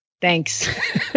Thanks